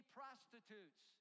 prostitutes